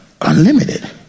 unlimited